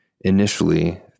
Initially